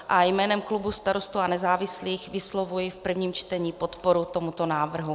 A jménem klubu Starostů a nezávislých vyslovuji v prvním čtení podporu tomuto návrhu.